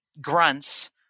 grunts